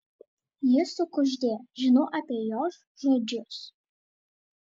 ji sukuždėjo žinau apie jos žodžius